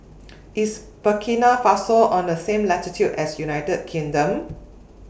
IS Burkina Faso on The same latitude as United Kingdom